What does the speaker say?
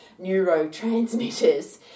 neurotransmitters